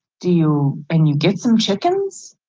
do you and you get some chickens.